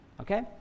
okay